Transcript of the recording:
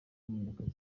munyakazi